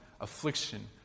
affliction